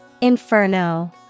Inferno